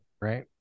Right